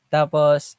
Tapos